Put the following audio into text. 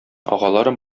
агалары